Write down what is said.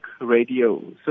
radio